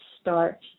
start